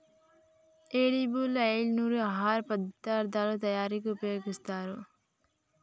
edible oil ను ఆహార పదార్ధాల తయారీకి ఉపయోగిస్తారు